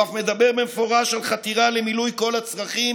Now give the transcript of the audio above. הוא אף מדבר במפורש על חתירה למילוי כל הצרכים